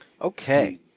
Okay